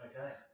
Okay